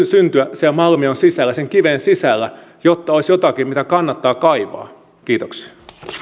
syntyä siellä malmion sisällä sen kiven sisällä jotta olisi jotakin mitä kannattaa kaivaa kiitoksia